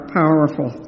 powerful